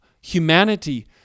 humanity